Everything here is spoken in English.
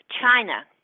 china